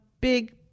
big